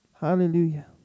Hallelujah